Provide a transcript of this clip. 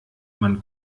man